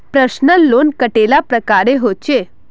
Personal loan कतेला प्रकारेर होचे?